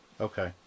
Okay